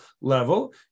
level